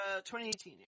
2018